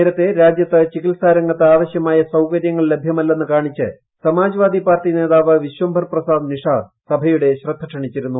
നേരത്തെ രാജ്യത്ത് ചികിത്സാ രംഗത്ത് ആവശ്യമായ സൌകര്യങ്ങൾ ലഭ്യമല്ലെന്ന് കാണിച്ച് സമാജ് വാദി പാർട്ടി നേതാവ് വിശ്വംഭർ പ്രസാദ് നിഷാദ് സഭയുടെ ശ്രദ്ധ ക്ഷണിച്ചിരുന്നു